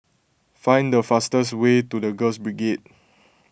find the fastest way to the Girls Brigade